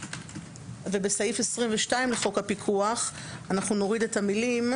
ובסעיף 22 לחוק הפיקוח נוריד את המילים